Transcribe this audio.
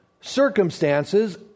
circumstances